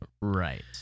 Right